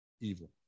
Evil